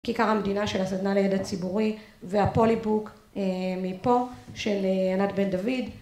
כיכר המדינה של הסדנה לידע הציבורי, והפולי בוק מפה, של ענת בן דוד